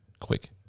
quick